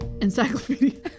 Encyclopedia